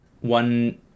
one